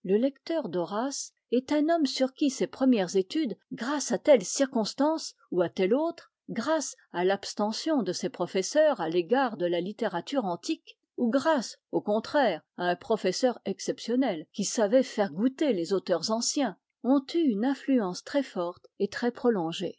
le lecteur d'horace est un homme sur qui ses premières études grâce à telle circonstance ou à telle autre grâce à l'abstention de ses professeurs à l'égard de la littérature antique ou grâce au contraire à un professeur exceptionnel qui savait faire goûter les auteurs anciens ont eu une influence très forte et très prolongée